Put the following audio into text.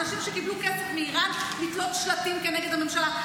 אנשים קיבלו כסף מאיראן לתלות שלטים כנגד הממשלה.